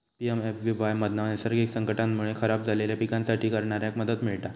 PMFBY मधना नैसर्गिक संकटांमुळे खराब झालेल्या पिकांसाठी करणाऱ्याक मदत मिळता